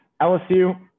LSU